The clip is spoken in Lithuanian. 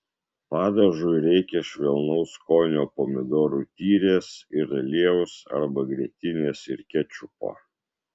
padažui reikia švelnaus skonio pomidorų tyrės ir aliejaus arba grietinės ir kečupo